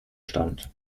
stand